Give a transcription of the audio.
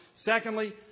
Secondly